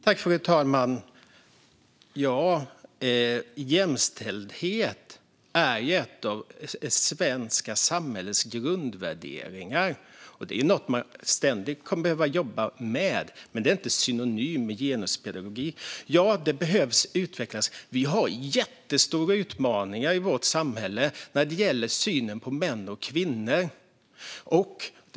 Fru talman! Jämställdhet är en av det svenska samhällets grundvärderingar. Det är något man ständigt kommer att behöva jobba med. Men det är inte synonymt med genuspedagogik. Ja, det behöver utvecklas. Vi har jättestora utmaningar i vårt samhälle när det gäller synen på män och kvinnor.